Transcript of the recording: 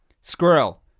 Squirrel